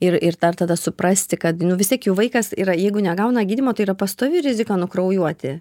ir ir dar tada suprasti kad nu vistiek jau vaikas yra jeigu negauna gydymo tai yra pastovi rizika nukraujuoti